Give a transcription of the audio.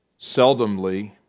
seldomly